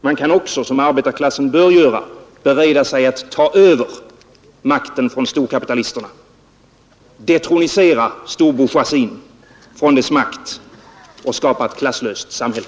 Man kan också, som arbetarklassen bör göra, bereda sig att ta över makten från storkapitalisterna, detronisera storbourgeoisin från dess makt och skapa ett klasslöst samhälle.